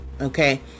Okay